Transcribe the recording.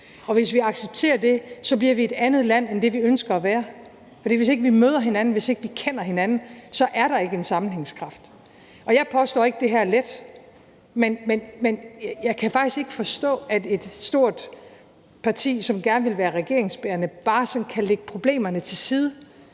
Hvis vi accepterer det, bliver vi et andet land end det, vi ønsker at være. For hvis ikke vi møder hinanden, hvis ikke vi kender hinanden, er der ikke en sammenhængskraft. Jeg påstår ikke, at det her er let, men jeg kan faktisk ikke forstå, at et stort parti, som gerne vil være regeringsbærende, bare sådan kan lægge problemerne til side.